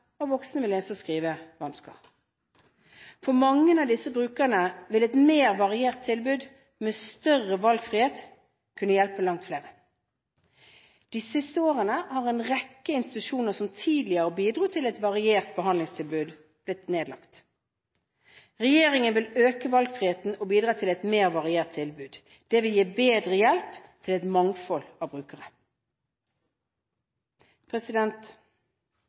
og voksne med lese- og skrivevansker. For mange av disse brukerne vil et mer variert tilbud, med større valgfrihet, kunne hjelpe langt flere. De siste årene er en rekke institusjoner som tidligere bidro til et variert behandlingstilbud, blitt nedlagt. Regjeringen vil øke valgfriheten og bidra til et mer variert tilbud. Det vil gi bedre hjelp til et mangfold av